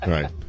Right